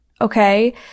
okay